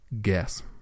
guess